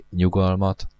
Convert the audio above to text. nyugalmat